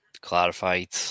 clarified